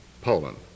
Poland